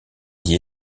dit